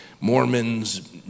Mormons